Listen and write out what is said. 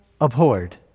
abhorred